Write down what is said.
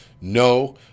No